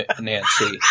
Nancy